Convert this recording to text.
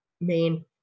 main